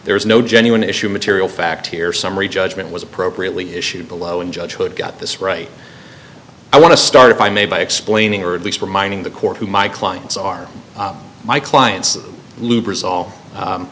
there's no genuine issue material fact here summary judgment was appropriately issued below and judge would got this right i want to start if i may by explaining or at least reminding the court who my clients are my clients